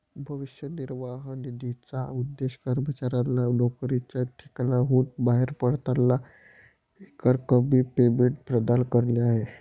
भविष्य निर्वाह निधीचा उद्देश कर्मचाऱ्यांना नोकरीच्या ठिकाणाहून बाहेर पडताना एकरकमी पेमेंट प्रदान करणे आहे